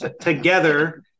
together